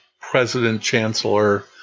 president-chancellor